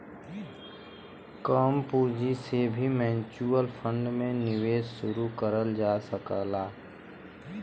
कम पूंजी से भी म्यूच्यूअल फण्ड में निवेश शुरू करल जा सकला